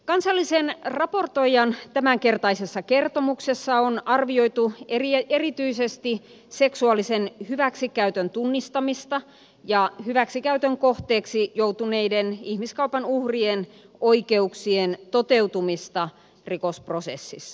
kansallisen raportoijan tämänkertaisessa kertomuksessa on arvioitu erityisesti seksuaalisen hyväksikäytön tunnistamista ja hyväksikäytön kohteeksi joutuneiden ihmiskaupan uhrien oikeuksien toteutumista rikosprosessissa